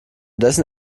dessen